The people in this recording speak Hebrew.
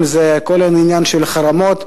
אם זה כל עניין החרמות.